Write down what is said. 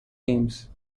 games